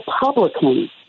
Republicans